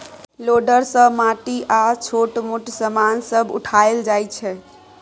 loader सँ माटि आ छोट मोट समान सब उठाएल जाइ छै